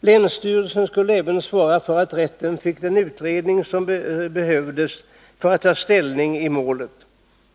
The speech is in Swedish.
Länsstyrelsen skulle även svara för att rätten fick den utredning som behövdes för att ta ställning i målet.